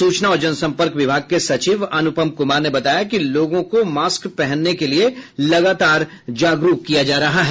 सूचना और जनसम्पर्क विभाग के सचिव अनुपम कुमार ने बताया कि लोगों को मास्क पहनने के लिए लगातार जागरूक किया जा रहा है